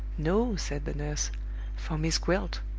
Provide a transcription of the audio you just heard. no! said the nurse for miss gwilt.